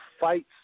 fights